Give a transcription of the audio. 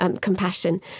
compassion